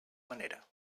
manera